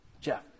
Jeff